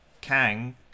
Kang